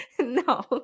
No